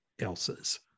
else's